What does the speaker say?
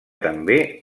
també